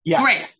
Great